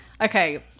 okay